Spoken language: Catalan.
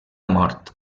mort